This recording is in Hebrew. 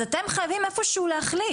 אז אתם חייבים איפה שהוא להחליט,